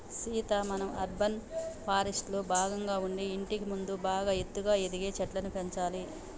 సీత మనం అర్బన్ ఫారెస్ట్రీలో భాగంగా ఉండి ఇంటికి ముందు బాగా ఎత్తుగా ఎదిగే చెట్లను పెంచాలి